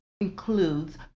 includes